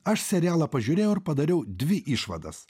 aš serialą pažiūrėjau ir padariau dvi išvadas